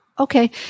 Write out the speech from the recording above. Okay